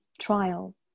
trial